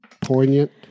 poignant